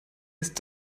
ist